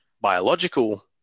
biological